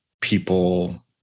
people